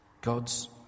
God's